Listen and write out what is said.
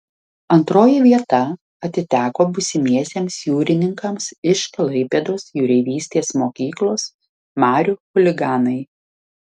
antroji vieta atiteko būsimiesiems jūrininkams iš klaipėdos jūreivystės mokyklos marių chuliganai